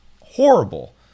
horrible